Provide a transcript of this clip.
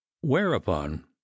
whereupon